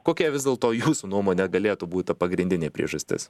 kokia vis dėlto jūsų nuomone galėtų būt ta pagrindinė priežastis